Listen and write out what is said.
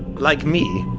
like me.